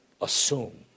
Assume